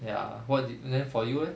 ya [what] then for you leh